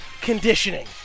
conditioning